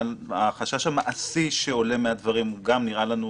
החשש המעשי שעולה מהדברים, גם נראה לנו